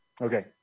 Okay